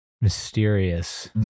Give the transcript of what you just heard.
mysterious